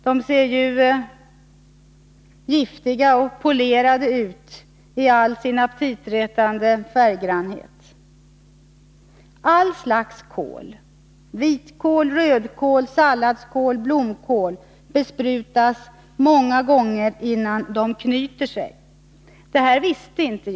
De ser ju giftiga och polerade ut i all sin aptitretande färggrannhet. Allt slags kål — vitkål, rödkål, salladskål, blomkål — besprutas många gånger innan den knyter sig. Detta visste jag inte.